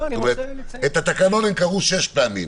את התקנון הם קראו שש פעמים,